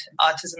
autism